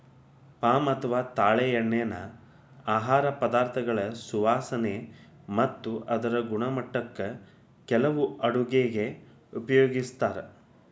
palm ಅಥವಾ ತಾಳೆಎಣ್ಣಿನಾ ಆಹಾರ ಪದಾರ್ಥಗಳ ಸುವಾಸನೆ ಮತ್ತ ಅದರ ಗುಣಮಟ್ಟಕ್ಕ ಕೆಲವು ಅಡುಗೆಗ ಉಪಯೋಗಿಸ್ತಾರ